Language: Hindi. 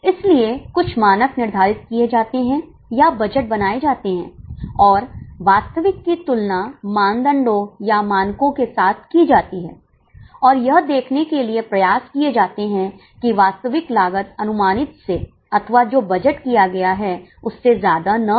इसलिए कुछ मानक निर्धारित किए जाते हैं या बजट बनाए जाते हैं और वास्तविक की तुलना मानदंडों या मानकों के साथ की जाती है और यह देखने के लिए प्रयास किए जाते हैं कि वास्तविक लागत अनुमानित से अथवा जो बजट किया गया है उससे ज्यादा ना हो